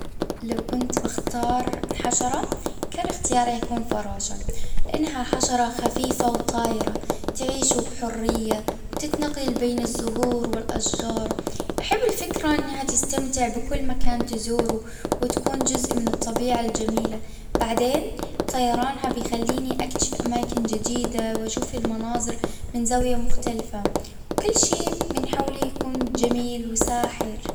لو كنت بختار حشرة كان اختياري يكون فراشة لأنها حشرة خفيفة وطايرة تعيشوا بحرية تتنقل بين الزهور والاشجار أحب الفكرة انها تستمتع بكل مكان تزوره وتكون جزء من الطبيعة الجميلة بعدين طيرانها بيخليني اكتشف أماكن جديدة واشوف المناظر من زاوية مختلفة. وكل شيء من حولي يكون جميل وساحر.